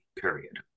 period